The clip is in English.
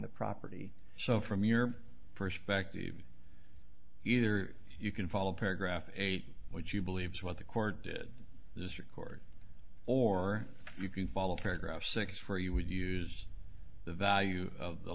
the property so from your perspective either you can follow paragraph eight which you believe what the court did this record or you can follow paragraph six for you would use the value of the